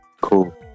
Cool